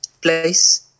place